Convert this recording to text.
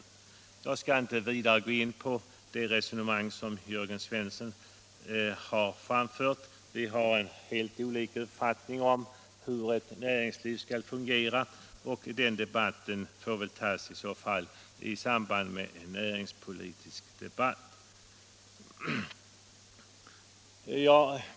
Jag skall inte vidare gå in på det resonemang som Jörn Svensson förde. Vi har helt olika uppfattningar om hur ett näringsliv skall fungera. Diskussionen härom får väl föras i någon näringspolitisk debatt.